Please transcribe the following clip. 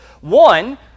One